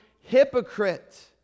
hypocrite